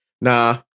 Nah